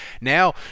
Now